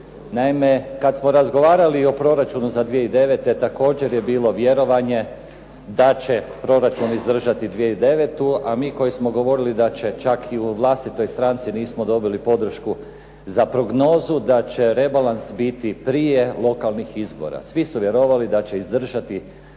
Naime, kad smo razgovarali o proračunu za 2009. također je bilo vjerovanje da će proračun izdržati 2009., a mi koji smo govorili da će, čak i u vlastitoj stranci nismo dobili podršku za prognozu da će rebalans biti prije lokalnih izbora. Svi su vjerovali da će izdržati